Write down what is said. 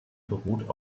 beruht